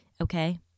Okay